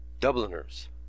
Dubliners